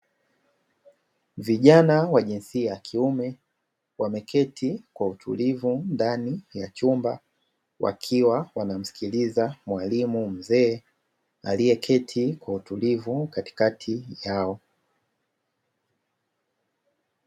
Vijana wa jinsia ya kiume wameketi kwa utulivu ndani ya chumba wakiwa wanamsikiliza mwalimu mzee aliyeketi kwa utulivu katikati yao.